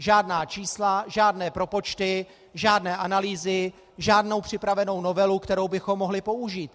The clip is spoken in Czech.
Žádná čísla, žádné propočty, žádné analýzy, žádnou připravenou novelu, kterou bychom mohli použít.